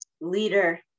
leader